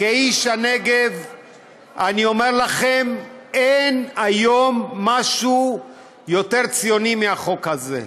אני אומר לכם: אין היום משהו יותר ציוני מהחוק הזה.